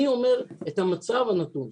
אני אומר את המצב הנתון.